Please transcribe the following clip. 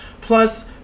Plus